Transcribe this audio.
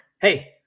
Hey